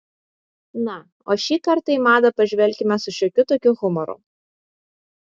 na o šį kartą į madą pažvelkime su šiokiu tokiu humoru